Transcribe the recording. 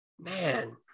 man